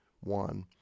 one